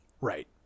Right